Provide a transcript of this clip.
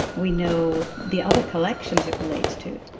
we know the other collections it relates to,